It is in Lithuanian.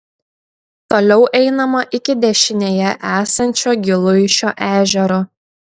toliau einama iki dešinėje esančio giluišio ežero